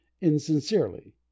insincerely